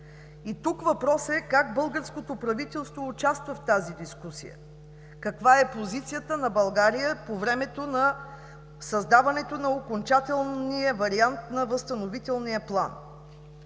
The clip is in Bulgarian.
И тук въпросът е: как българското правителство участва в тази дискусия, каква е позицията на България по времето на създаването на окончателния вариант на възстановителния план?